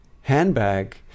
handbag